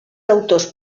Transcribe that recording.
autors